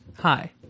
Hi